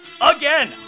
again